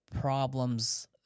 problems